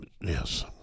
Yes